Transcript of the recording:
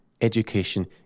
education